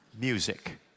music